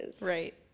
Right